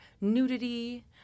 nudity